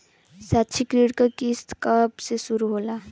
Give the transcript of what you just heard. शैक्षिक ऋण क किस्त कब से शुरू होला?